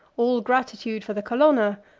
all gratitude for the colonna,